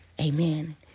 Amen